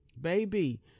baby